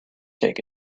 take